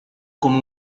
come